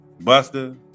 Buster